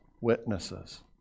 witnesses